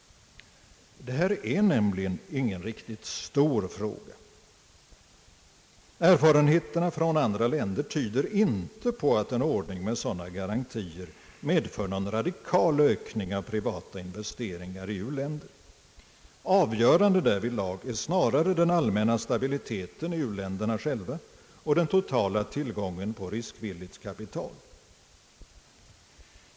Detta är nämligen ingen riktigt stor fråga. Erfarenheterna från andra länder tyder inte på att sådana garantier medför någon radikal ökning av privata investeringar i u-länder — avgörande därvidlag är snarare den allmänna stabiliteten i u-länderna själva och den totala tillgången på riskvilligt kapital.